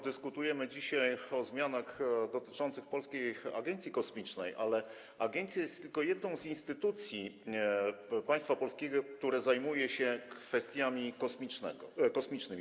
Dyskutujemy dzisiaj o zmianach dotyczących Polskiej Agencji Kosmicznej, ale agencja jest tylko jedną z instytucji państwa polskiego, która zajmuje się kwestiami kosmicznymi.